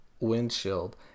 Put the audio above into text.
windshield